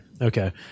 Okay